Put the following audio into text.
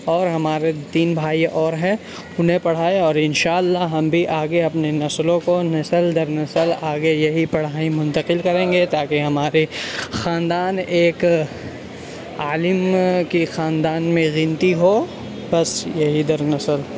اور ہمارے تین بھائی اور ہے انہیں پڑھائے اور ان شاء اللہ ہم بھی آگے اپنی نسلوں کو نسل در نسل آگے یہی پڑھائی منتقل کریں گے تاکہ ہمارے خاندان ایک عالم کی خاندان میں گنتی ہو بس یہی در نسل